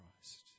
Christ